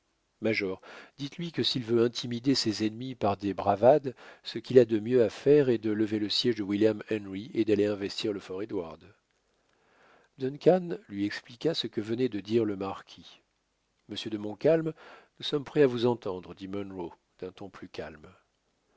dites-lui que s'il veut intimider ses ennemis par des bravades ce qu'il a de mieux à faire est de lever le siège de william henry et d'aller investir le fort édouard duncan lui expliqua ce que venait de dire le marquis de montcalm nous sommes prêts à vous entendre dit munro d'un ton plus calme